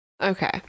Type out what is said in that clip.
okay